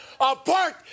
apart